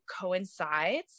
coincides